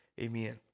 Amen